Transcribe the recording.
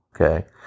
okay